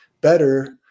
better